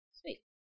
Sweet